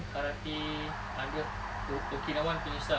karate under okinawan punya style